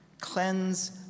cleanse